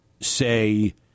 say